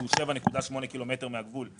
כי הוא 7.8 קילומטר מהגבול.